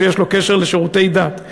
שיש לו קשר לשירותי דת,